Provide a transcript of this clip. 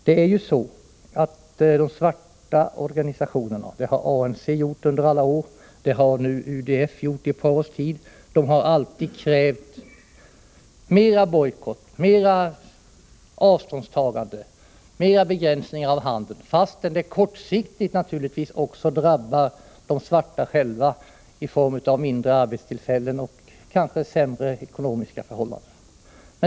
De svarta organisationerna — ANC under många år och UDF under ett par års tid — har krävt mera bojkott, mera avståndstaganden och mera begränsningar av handeln, fastän det kortsiktigt naturligtvis drabbar också de svarta själva i form av färre arbetstillfällen och kanske sämre ekonomiska förhållanden.